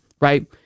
right